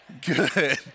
good